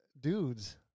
dudes